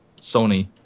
Sony